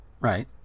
Right